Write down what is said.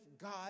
God